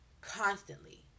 constantly